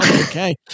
Okay